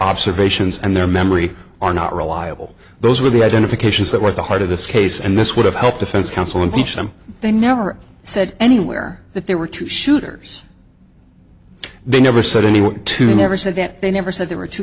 observations and their memory are not reliable those were the identifications that was the heart of this case and this would have helped defense counsel impeach them they never said anywhere that there were two shooters they never said any were to never say that they never said there were two